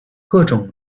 各种